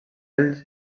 ells